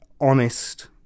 honest